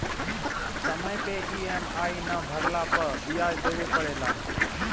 समय से इ.एम.आई ना भरला पअ बियाज देवे के पड़ेला